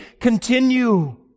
continue